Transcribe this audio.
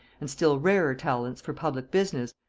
and still rarer talents for public business,